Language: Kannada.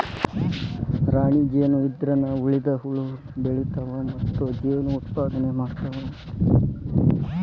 ರಾಣಿ ಜೇನ ಇದ್ರನ ಉಳದ ಹುಳು ಬೆಳಿತಾವ ಮತ್ತ ಜೇನ ಉತ್ಪಾದನೆ ಮಾಡ್ತಾವ